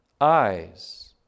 Eyes